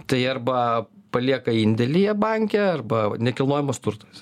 tai arba palieka indėlyje banke arba nekilnojamas turtas